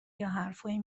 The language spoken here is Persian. یاحرفایی